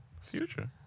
future